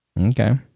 Okay